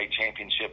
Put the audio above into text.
championship